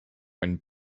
when